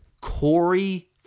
Corey